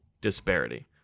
disparity